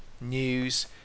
news